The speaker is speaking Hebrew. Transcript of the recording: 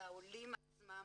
לעולים עצמם